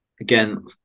Again